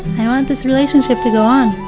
i want this relationship to go on.